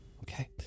Okay